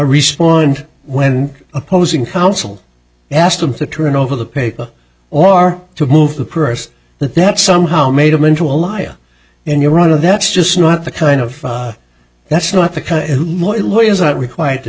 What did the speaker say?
respond when opposing counsel asked him to turn over the paper or to move the person that that somehow made him into a liar in your run of that's just not the kind of that's not the kind of more a lawyer is not required to